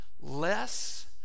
Less